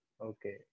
Okay